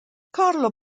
carlo